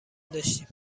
داشتیم